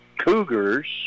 Cougars